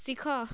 ଶିଖ